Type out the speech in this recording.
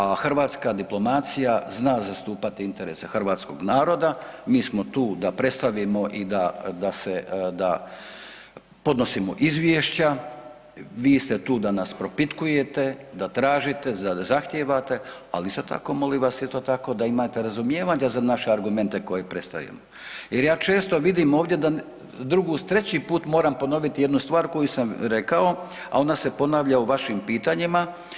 A hrvatska diplomacija zna zastupati interese hrvatskog naroda, mi smo tu da predstavimo i da podnosimo izvješća, vi ste tu da nas propitkujete, da tražite, da zahtijevate, ali isto tako molim vas eto tako da imate razumijevanje za naše argumente koje predstavljamo jer ja često vidim ovdje treći put moram ponoviti jednu stvar koju sam rekao, a onda se ponavlja u vašim pitanjima.